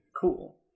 Cool